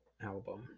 album